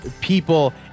people